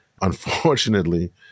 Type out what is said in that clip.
Unfortunately